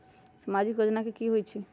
समाजिक योजना की होई छई?